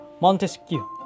Montesquieu